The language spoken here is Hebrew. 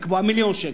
לקבוע מיליון שקל.